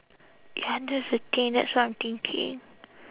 ya that's the thing that's why I'm thinking